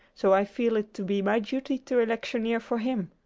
so i feel it to be my duty to electioneer for him.